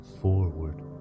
forward